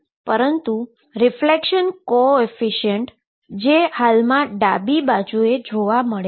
પરંતુ reflection coefficient હાલ મા ડાબી બાજુએ જોવા મળે છે